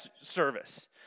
service